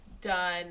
done